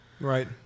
Right